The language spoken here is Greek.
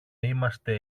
είμαστε